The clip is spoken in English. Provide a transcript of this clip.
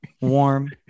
warm